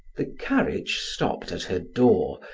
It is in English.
the carriage stopped at her door,